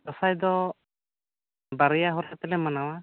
ᱫᱟᱸᱥᱟᱭ ᱫᱚ ᱵᱟᱨᱭᱟ ᱦᱚᱨᱟ ᱛᱮᱞᱮ ᱢᱟᱱᱟᱣᱟ